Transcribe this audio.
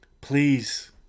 Please